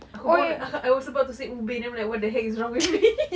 aku baru nak I was about to say ubin then I'm like what the heck is wrong with me